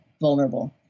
Vulnerable